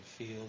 Feel